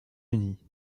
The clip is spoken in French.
unis